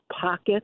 pocket